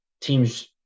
teams